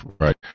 right